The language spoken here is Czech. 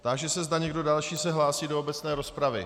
Táži se, zda se někdo další hlásí do obecné rozpravy.